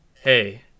hey